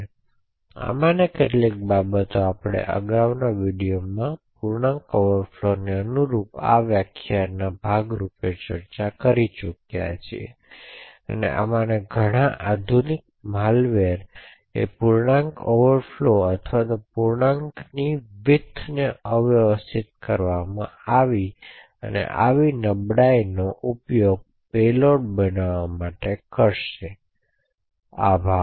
તેથી આમાંની કેટલીક બાબતો આપણે આ અગાઉના વિડિઓઝમાં પૂર્ણાંક ઓવરફ્લોને અનુરૂપ આ વ્યાખ્યાનના ભાગ રૂપે ચર્ચા કરી છે અને આમાંથી ઘણા આધુનિક માલવેર પૂર્ણાંકના ઓવરફ્લો અથવા આવા પૂર્ણાંકની પહોળાઈને અવ્યવસ્થિત કરવામાં આવી નબળાઈઓનો ઉપયોગ પેલોડ્સ બનાવવા કરશે આભાર